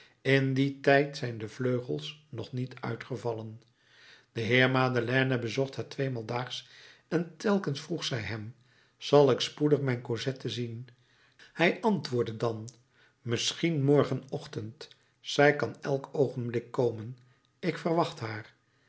in dien leeftijd zijn de vleugels nog niet uitgevallen de heer madeleine bezocht haar tweemaal daags en telkens vroeg zij hem zal ik spoedig mijn cosette zien hij antwoordde dan misschien morgenochtend zij kan elk oogenblik komen ik verwacht haar